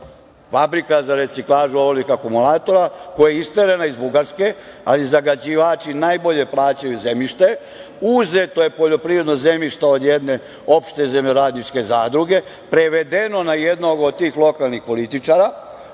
fabrika za reciklažu olovnih akumulatora koja je isterana iz Bugarske, a zagađivači najbolje plaćaju zemljište. Uzeto je poljoprivredno zemljište od jedne opšte zemljoradničke zadruge, prevedeno na jednog od tih lokalnih političara,